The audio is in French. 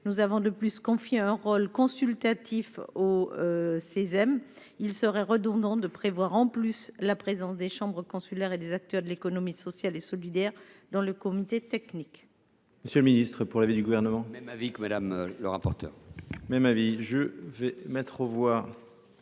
Nous avons de plus confié un rôle consultatif au Cesem. Il serait redondant d’imposer en plus la présence des chambres consulaires et des acteurs de l’économie sociale et solidaire dans le comité technique.